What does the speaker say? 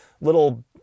little